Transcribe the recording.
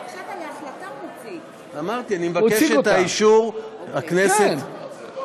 אני מבקש את אישור הכנסת.